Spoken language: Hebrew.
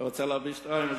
אתה רוצה להביא שטריימל,